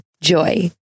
Joy